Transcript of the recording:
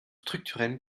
structurelles